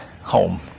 home